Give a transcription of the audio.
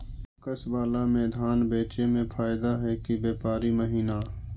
PACS बाला में धान बेचे मे फायदा है कि व्यापारी महिना?